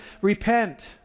Repent